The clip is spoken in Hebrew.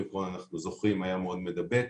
אנחנו זוכרים שהאומיקרון היה מאוד מדבק,